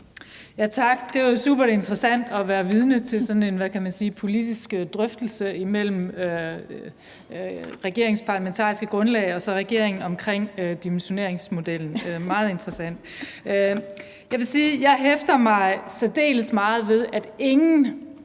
(V): Tak. Det var superinteressant at være vidne til, man kan sige en politisk drøftelse mellem regeringens parlamentariske grundlag og så regeringen om dimensioneringsmodellen – meget interessant. Jeg vil sige, at jeg hæfter mig særdeles meget ved, at ingen